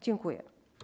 Dziękuję.